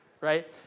right